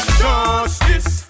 justice